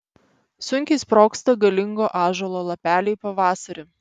sunkiai sprogsta galingo ąžuolo lapeliai pavasarį